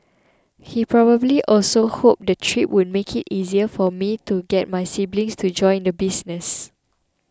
he probably also hoped the trip would make it easier for me to get my siblings to join the business